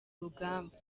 rugamba